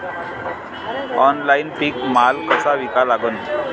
Online पीक माल कसा विका लागन?